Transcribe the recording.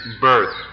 birth